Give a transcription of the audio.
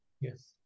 Yes